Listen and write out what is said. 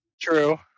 True